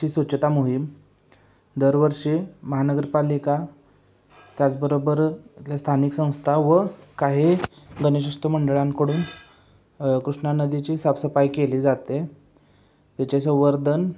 ची स्वच्छता मोहीम दरवर्षी महानगरपालिका त्याचबरोबर स्थानिक संस्था व काही गणेशउत्सव मंडळांकडून कृष्णा नदीची साफसफाई केली जाते त्याचे संवर्धन